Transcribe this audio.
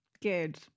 Good